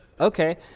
Okay